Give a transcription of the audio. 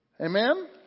Amen